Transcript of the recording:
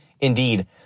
Indeed